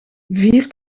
vier